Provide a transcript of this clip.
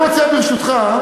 אני רוצה, ברשותך,